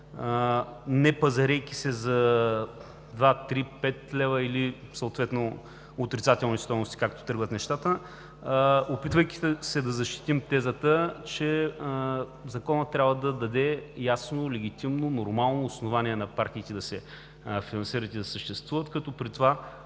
не пазарейки се за два, три, пет лева или отрицателни стойности, както тръгват нещата, а опитвайки се да защитим тезата, че Законът трябва да даде ясно, легитимно, нормално основание на партиите да се финансират и да съществуват, като при това